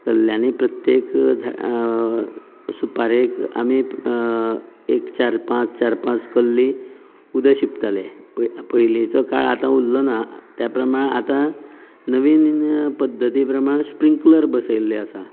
कल्ल्यांनी प्रत्येक झाडांक सुपारेक आमी एक चार पांच चार पांच कल्ली उदक शिंपताले पयलीचो काळ आतां उरलो ना त्या प्रमाण आतां नवीन पध्दती प्रमाण स्प्रिंकलर बसयल्ले आसात